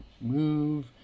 move